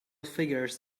figures